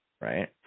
right